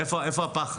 איפה הפחד?